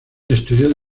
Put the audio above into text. estudió